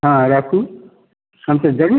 हँ राखू हम तऽ जरूर